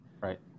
Right